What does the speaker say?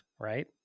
Right